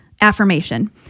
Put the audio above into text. affirmation